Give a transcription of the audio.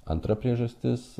antra priežastis